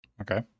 Okay